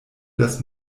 das